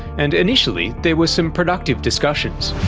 and initially there were some productive discussions.